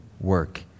work